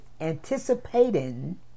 anticipating